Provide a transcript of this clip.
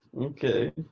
Okay